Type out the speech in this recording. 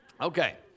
okay